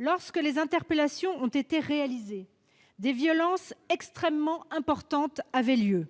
Lorsque les interpellations ont été réalisées, des violences extrêmement importantes étaient en